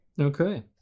okay